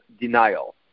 denial